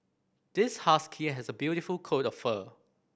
this husky has a beautiful coat of fur